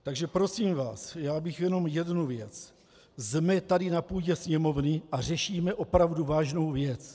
Takže prosím vás, já bych jenom jednu věc jsme tady na půdě Sněmovny a řešíme opravdu vážnou věc.